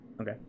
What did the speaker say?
Okay